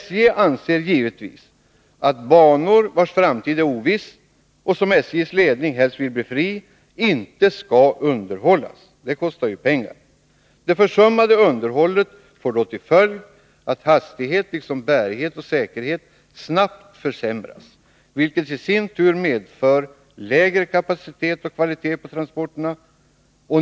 SJ anser givetvis att banor, vilkas framtid är oviss och som SJ:s ledning helst vill bli fri, inte skall underhållas — det kostar ju pengar. Det försummade underhållet får då till följd att hastighet liksom bärighet och säkerhet snabbt försämras, vilket i sin tur medför lägre kapacitet och sämre kvalitet på transporterna.